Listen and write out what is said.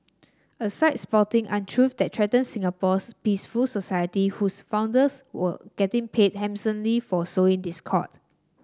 a site spouting untruth that threaten Singapore's peaceful society whose founders were getting paid handsomely for sowing discord